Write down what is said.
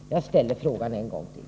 Jag ställer frågan en gång till.